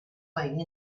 lying